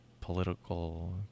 political